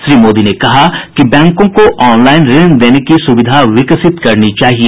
श्री मोदी ने कहा कि बैंकों को ऑनलाइन ऋण देने की सुविधा विकसित करनी चाहिए